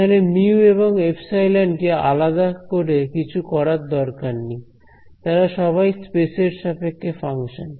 এখানে মিউ এবং এপসাইলন কে আলাদা করে কিছু করার দরকার নেই তারা সবাই স্পেস এর সাপেক্ষে ফাংশন